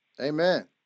Amen